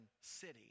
city